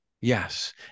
Yes